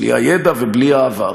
בלי הידע ובלי העבר,